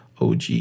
OG